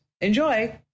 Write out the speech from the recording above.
Enjoy